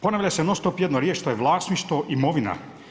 Ponavlja se non stop jedna riječ to je vlasništvo imovina.